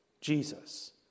Jesus